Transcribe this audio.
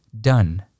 done